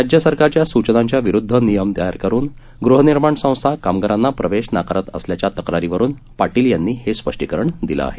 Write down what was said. राज्य सरकारच्या सूचनांच्या विरुद्ध नियम तयार करुन गृहनिर्माण संस्था कामगारांना प्रवेश नाकारत असल्याच्या तक्रारीवरुन पाटील यांनी स्पष्टीकरण दिलं आहे